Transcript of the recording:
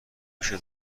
میشه